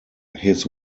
his